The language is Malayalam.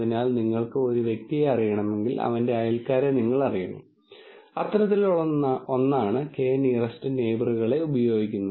അതിനാൽ നിങ്ങൾക്ക് ഒരു വ്യക്തിയെ അറിയണമെങ്കിൽ അവന്റെ അയൽക്കാരെ നിങ്ങൾ അറിയണം അത്തരത്തിലുള്ള ഒന്നാണ് k നിയറെസ്റ് നെയിബറുകളെ ഉപയോഗിക്കുന്നത്